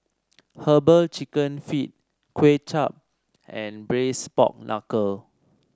herbal chicken feet Kuay Chap and Braised Pork Knuckle